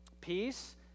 peace